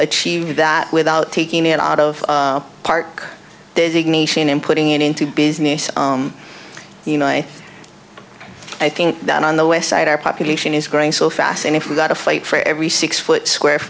achieve that without taking it out of park is ignition and putting it into business you know i i think that on the west side our population is growing so fast and if we got to fight for every six foot square